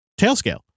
TailScale